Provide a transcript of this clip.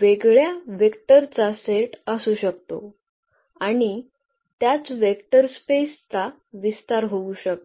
वेगळ्या वेक्टरचा सेट असू शकतो आणि त्याच वेक्टर स्पेस चा विस्तार होऊ शकतो